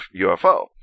UFO